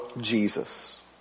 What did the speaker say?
Jesus